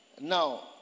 Now